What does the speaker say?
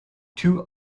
two